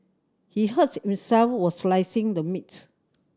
he hurt himself while slicing the meat